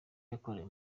yakorewe